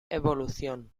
evolución